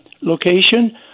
location